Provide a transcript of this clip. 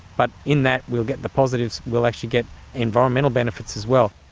but in that we'll get the positives, we'll actually get environmental benefits as well.